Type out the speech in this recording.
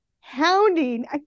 hounding